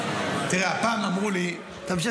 --- תראה, פעם אמרו לי --- תמשיך.